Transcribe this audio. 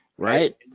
Right